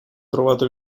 trovato